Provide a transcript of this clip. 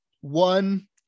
One